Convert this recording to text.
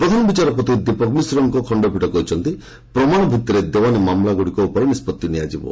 ପ୍ରଧାନବିଚାରପତି ଦୀପକ ମିଶ୍ରଙ୍କ ଖଣ୍ଡପୀଠ କହିଛନ୍ତି ପ୍ରମାଣ ଭିଭିରେ ଦେଓ୍ୱାନୀ ମାମଲା ଉପରେ ନିଷ୍ପଭି ନିଆଯିବ